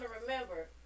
remember